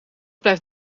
blijft